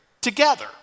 together